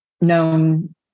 known